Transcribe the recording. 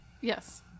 Yes